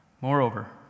Moreover